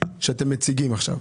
שאתם מציגים עכשיו,